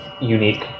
unique